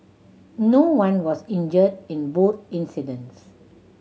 no one was injured in both incidents